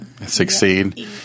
succeed